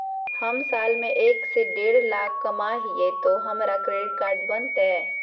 हम साल में एक से देढ लाख कमा हिये तो हमरा क्रेडिट कार्ड बनते?